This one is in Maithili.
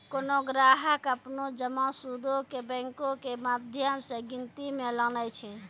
कोनो ग्राहक अपनो जमा सूदो के बैंको के माध्यम से गिनती मे लानै छै